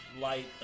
light